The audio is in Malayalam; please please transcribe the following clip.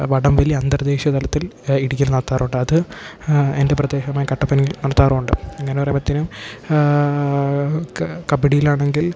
വടം വലി അന്തർ ദേശീയ തലത്തിൽ ഇടുക്കിയിൽ നടത്താറുണ്ട് അത് എൻ്റെ പ്രദേശമായ കട്ടപ്പനയിൽ നടത്താറുണ്ട് അങ്ങനെ പറയുമ്പോഴത്തേനും കബഡിയിൽ ആണെങ്കിൽ